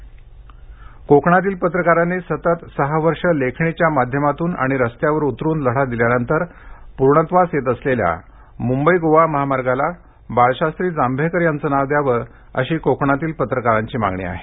रायगड दर्पणदिन कोकणातील पत्रकारांनी सतत सहा वर्षे लेखणीच्या माध्यामातून आणि रस्त्यावर उतरून लढा दिल्यानंतर पूर्णत्वास येत असलेल्या मुंबई गोवा महामार्गाला बाळशास्त्री जांभेकर याचं नाव द्यावं अशी कोकणातील पत्रकारांची मागणी आहे